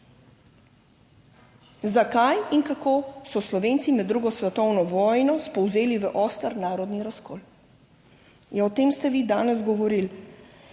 zakaj in kako so Slovenci med drugo svetovno vojno spolzeli v oster narodni razkol in o tem ste vi danes govorili